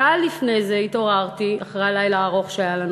שעה לפני כן התעוררתי אחרי הלילה הארוך שהיה לנו,